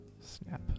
snap